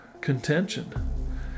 contention